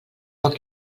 poc